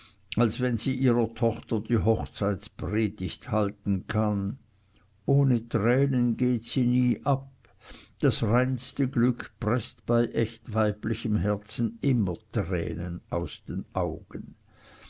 als wenn sie ihrer tochter die hochzeitpredigt halten kann ohne tränen geht sie nie ab das reinste glück preßt bei echt weiblichen herzen immer tränen aus den augen